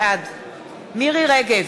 בעד מירי רגב,